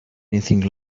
anything